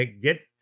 get